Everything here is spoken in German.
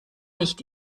nicht